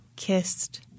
kissed